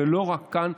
ולא רק כאן,